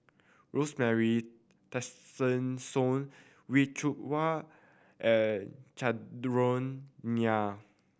Rosemary Tessensohn Wee Cho Waw and Chandran Nair